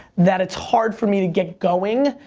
that it's hard for me to get going